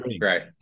Right